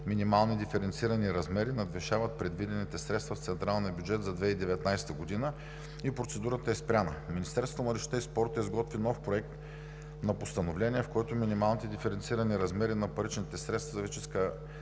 минимални диференцирани размери надвишават предвидените средства в централния бюджет за 2019 г. и процедурата е спряна. Министерството на младежта и спорта изготви нов Проект на постановление, в който минималните диференцирани размери на паричните средства за физическа